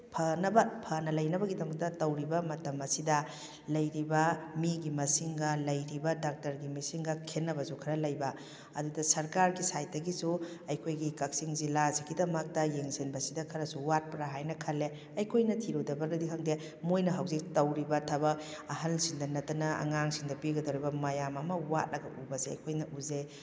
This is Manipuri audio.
ꯐꯅꯕ ꯐꯅ ꯂꯩꯅꯕꯒꯤꯗꯃꯛꯇ ꯇꯧꯔꯤꯕ ꯃꯇꯝ ꯑꯁꯤꯗ ꯂꯩꯔꯤꯕ ꯃꯤꯒꯤ ꯃꯁꯤꯡꯒ ꯂꯩꯔꯤꯕ ꯗꯥꯛꯇꯔꯒꯤ ꯃꯤꯁꯤꯡꯒ ꯈꯦꯟꯅꯕꯁꯨ ꯈꯔ ꯂꯩꯕ ꯑꯗꯨꯗ ꯁꯔꯀꯥꯔꯒꯤ ꯁꯥꯏꯠꯇꯒꯤꯁꯨ ꯑꯩꯈꯣꯏꯒꯤ ꯀꯛꯆꯤꯡ ꯖꯤꯂꯥꯁꯤꯒꯤꯗꯃꯛꯇ ꯌꯦꯡꯁꯤꯟꯕꯁꯤꯗ ꯈꯔꯁꯨ ꯋꯥꯠꯄ꯭ꯔꯥ ꯍꯥꯏꯅ ꯈꯜꯂꯦ ꯑꯩꯈꯣꯏꯅ ꯊꯤꯔꯨꯗꯕꯔꯅꯗꯤ ꯈꯪꯗꯦ ꯃꯣꯏꯅ ꯍꯧꯖꯤꯛ ꯇꯧꯔꯤꯕ ꯊꯕꯛ ꯑꯍꯟꯁꯤꯡꯗ ꯅꯠꯇꯅ ꯑꯉꯥꯡꯁꯤꯡꯗ ꯄꯤꯒꯗꯧꯔꯤꯕ ꯃꯌꯥꯝ ꯑꯃ ꯋꯥꯠꯂꯒ ꯎꯕꯁꯦ ꯑꯩꯈꯣꯏꯅ ꯎꯖꯩ